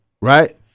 right